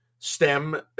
STEM